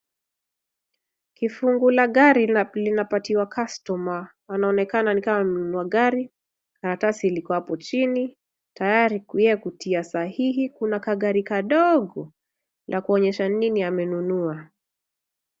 Kifungu la gari linapatiwa customer . Anaonekana ni kama amenunua gari, karatasi liko hapo chini. Tayari ni yeye kutia sahihi. Kuna kagari kadogo la kuonyesha ni nini amenunua.